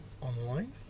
online